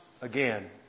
again